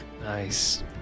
Nice